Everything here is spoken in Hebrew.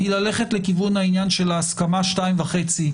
ללכת לכיוון העניין של ההסכמה שתיים וחצי,